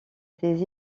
des